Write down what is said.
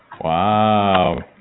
Wow